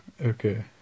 Okay